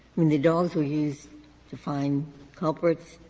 i mean, the dogs were used to find culprits,